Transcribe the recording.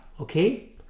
okay